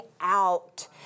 out